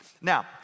Now